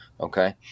okay